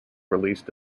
released